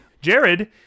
jared